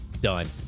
done